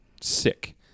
sick